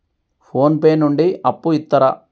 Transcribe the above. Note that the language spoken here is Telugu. ఫోన్ పే నుండి అప్పు ఇత్తరా?